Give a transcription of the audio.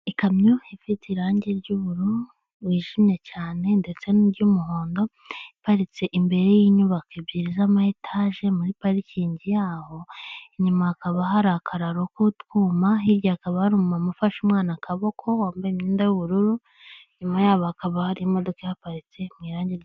Ikamyo ifite irange ry'ubururu bwijimye cyane ndetse n'iry'umuhondo, iparitse imbere y'inyubako ebyiri z'amayetaje muri parikingi yaho. Inyuma hakaba hari akararo k'utwuma hirya hakaba hari umumama ufashe umwana akaboko wambaye umwenda y'ubururu inyuma yabo hakaba hari imodoka ihaparitse